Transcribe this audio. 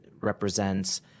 represents